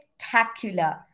Spectacular